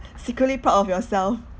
secretly proud of yourself